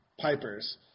pipers